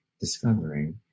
discovering